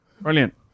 Brilliant